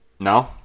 No